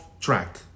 track